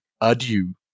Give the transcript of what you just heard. adieu